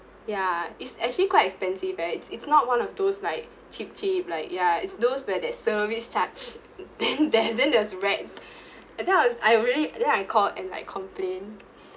ya it's actually quite expensive eh it's it's not one of those like cheap cheap like ya it's those where that service charge then there then there's rats and then I was I already then I called and like complained